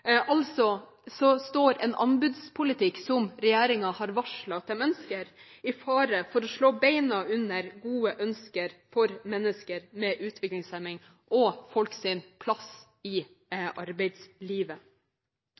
står en anbudspolitikk som regjeringen har varslet at de ønsker, i fare for å slå beina under gode ønsker for mennesker med utviklingshemning og folks plass i